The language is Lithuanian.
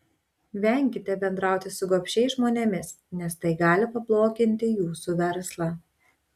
venkite bendrauti su gobšiais žmonėmis nes tai gali pabloginti jūsų verslą